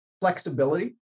flexibility